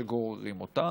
שגוררים אותה,